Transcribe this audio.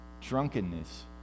drunkenness